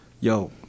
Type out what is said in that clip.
Yo